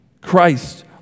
Christ